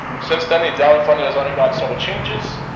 since then the endowment fund has undergone several changes,